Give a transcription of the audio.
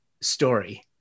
story